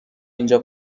اینجا